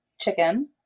chicken